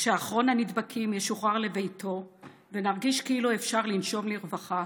כשאחרון הנדבקים ישוחרר לביתו ונרגיש כאילו אפשר לנשום לרווחה,